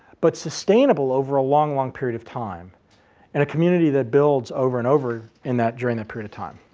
but sustainable over a long, long period of time in a community that builds over and over in that, during that period of time.